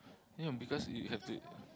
ya because you have to